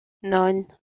neun